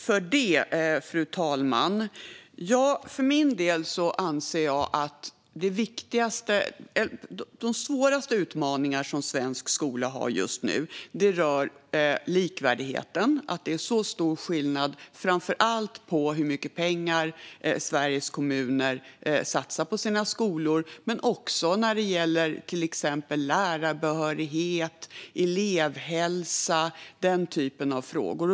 Fru talman! Jag anser att de svåraste utmaningar som svensk skola har just nu rör likvärdigheten, att det är så stor skillnad framför allt när det gäller hur mycket pengar som Sveriges kommuner satsar på sina skolor men också när det gäller till exempel lärarbehörighet, elevhälsa och den typen av frågor.